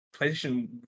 PlayStation